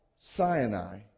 Sinai